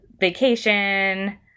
vacation